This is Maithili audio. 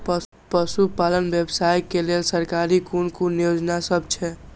पशु पालन व्यवसाय के लेल सरकारी कुन कुन योजना सब छै?